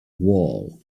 wall